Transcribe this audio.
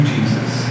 Jesus